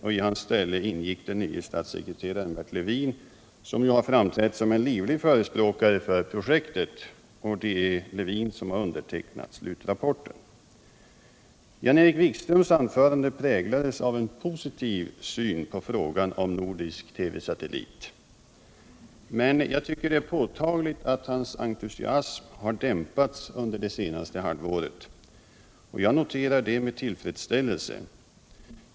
I hans ställe ingick den nye statssekreteraren Bert Levin som framträdde som en livlig förespråkare för projektet, och det är Levin som undertecknat slutrapporten. Jan-Erik Wikströms anförande präglades av en positiv syn på frågan om nordisk TV-satellit, men jag tycker det är påtagligt att hans entusiasm dämpats under det senaste halvåret, och jag noterar det med tillfredsställelse.